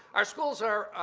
our schools are,